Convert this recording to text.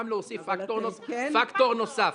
גם להוסיף פקטור נוסף.